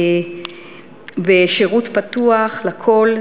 בשירות פתוח לכול,